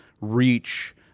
reach